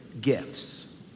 gifts